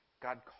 God